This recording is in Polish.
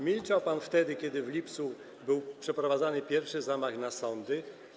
Milczał pan, kiedy w lipcu był przeprowadzany pierwszy zamach na sądy.